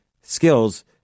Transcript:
skills